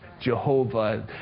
Jehovah